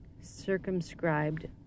circumscribed